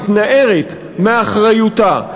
מתנערת מאחריותה,